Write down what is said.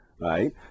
right